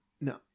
No